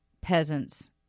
peasants